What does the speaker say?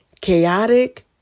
chaotic